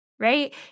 right